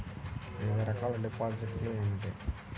వివిధ రకాల డిపాజిట్లు ఏమిటీ?